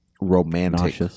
Romantic